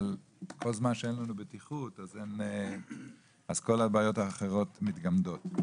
כשאין בטיחות כל שאר הבעיות מתגמדות.